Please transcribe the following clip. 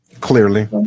Clearly